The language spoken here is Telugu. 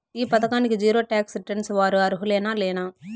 ఈ పథకానికి జీరో టాక్స్ రిటర్న్స్ వారు అర్హులేనా లేనా?